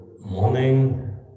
morning